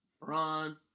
Ron